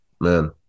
Man